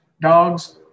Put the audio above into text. dogs